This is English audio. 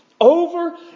Over